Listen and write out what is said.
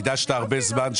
הקדשת הרבה זמן,